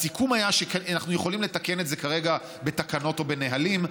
הסיכום היה שאנחנו יכולים לתקן את זה כרגע בתקנות או בנהלים,